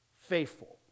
Faithful